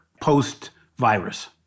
post-virus